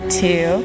two